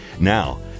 Now